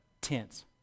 tense